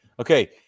Okay